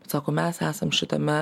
sako mes esam šitame